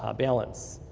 ah balance.